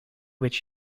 which